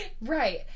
Right